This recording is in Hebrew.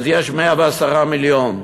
יש 110 מיליון,